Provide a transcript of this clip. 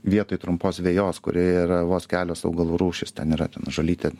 vietoj trumpos vejos kuri yra vos kelios augalų rūšys ten yra ten žolytė